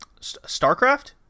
Starcraft